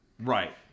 Right